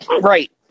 Right